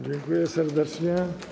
Dziękuję serdecznie.